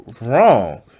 wrong